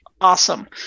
awesome